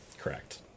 Correct